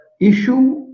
issue